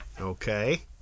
Okay